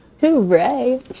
hooray